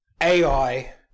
AI